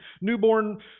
newborn